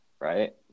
Right